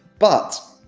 but.